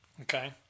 Okay